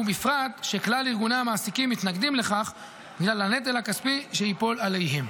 ובפרט שכלל ארגוני המעסיקים מתנגדים לכך בגלל הנטל הכספי שייפול עליהם.